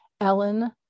Ellen